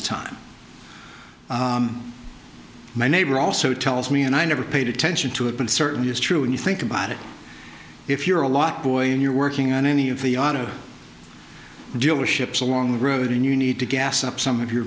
the time my neighbor also tells me and i never paid attention to it but it certainly is true when you think about it if you're a lot boy and you're working on any of the auto dealerships along the road and you need to gas up some of your